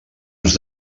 ens